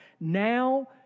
now